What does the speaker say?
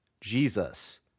Jesus